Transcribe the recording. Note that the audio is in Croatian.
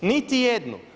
Niti jednu.